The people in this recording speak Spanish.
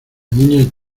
niña